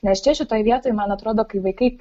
nes čia šitoj vietoj man atrodo kai vaikai